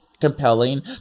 compelling